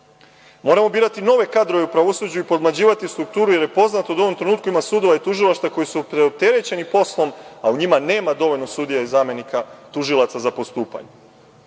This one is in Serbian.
Moramo birati nove kadrove u pravosuđu i podmlađivati strukturu, jer je poznato da u ovom trenutku ima sudova i tužilaštva koji su preopterećeni poslom, a u njima nema dovoljno sudija i zamenika tužilaca za postupanje. Sa